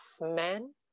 men